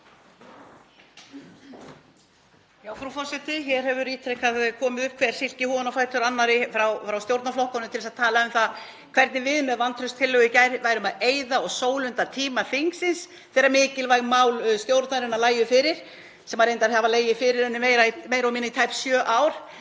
Frú forseti. Hér hefur ítrekað komið upp hver silkihúfan á fætur annarri frá stjórnarflokkunum og talað um það hvernig við með vantrauststillögu í gær værum að eyða og sólunda tíma þingsins þegar mikilvæg mál stjórnarinnar lægju fyrir, sem hafa reyndar legið fyrir meira og minna í tæp sjö ár.